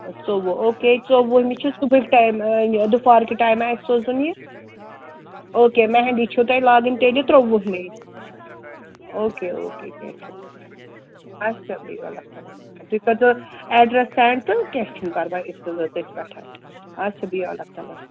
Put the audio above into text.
ژوٚوُہ okay ژوٚوُہمہِ چھِ صُبحِکہ ٹایِمہِ یہِ دُپہار کہِ ٹایِمہٕ اَسہِ سوزُن یہِ او کے مہندی چھَو تۄہہِ لاگٕنۍ تیٚلہِ ترٛووُہمی او کے او کے کیٚنٛہہ چھُنہٕ اَچھا بِہِو اللہ تعالٰی تھٲونو تُہۍ کٔرۍزیٚو ایڈرَس سینٛڈ تہٕ کیٚنٛہہ چھُنہٕ پرواے أسۍ سوزَو تٔتھۍ پٮ۪ٹھ اَچھا بِہِو اللہ تعالٰہَس